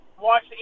watch